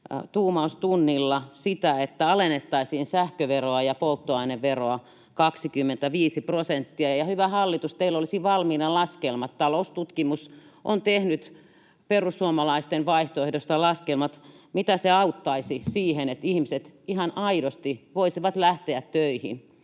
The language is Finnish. Tuumaustunnilla sitä, että alennettaisiin sähköveroa ja polttoaineveroa 25 prosenttia. Hyvä hallitus, teillä olisi valmiina laskelmat: Taloustutkimus on tehnyt perussuomalaisten vaihtoehdosta laskelmat, mitä se auttaisi siihen, että ihmiset ihan aidosti voisivat lähteä töihin.